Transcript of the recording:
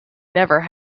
never